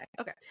okay